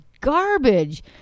garbage